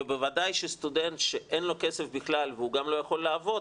בוודאי שסטודנט שאין לו כסף בכלל והוא גם לא יכול לעבוד,